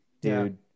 dude